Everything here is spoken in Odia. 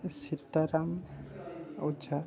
ସୀତାରାମ ଓଝା